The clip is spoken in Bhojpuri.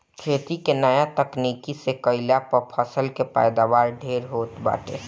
खेती के नया तकनीकी से कईला पअ फसल के पैदावार ढेर होत बाटे